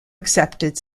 accepted